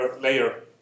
layer